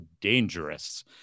dangerous